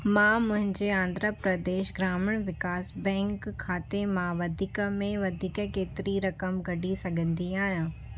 मां मुंहिंजे आंध्र प्रदेश ग्रामीण विकास बैंक खाते मां वधीक में वधीक केतिरी रक़म कढी सघंदी आहियां